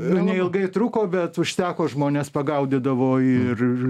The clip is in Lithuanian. neilgai truko bet užteko žmones pagaudydavo ir